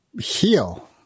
heal